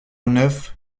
neuf